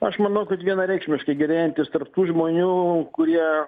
aš manau kad vienareikšmiškai gerėjantis tarp tų žmonių kurie